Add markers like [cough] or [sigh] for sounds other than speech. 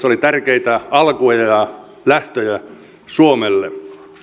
[unintelligible] oli tärkeitä alkuja ja lähtöjä suomelle